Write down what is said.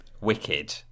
Wicked